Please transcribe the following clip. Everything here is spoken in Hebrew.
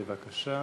בבקשה.